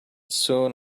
soon